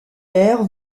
l’air